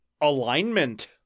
alignment